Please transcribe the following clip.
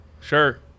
Sure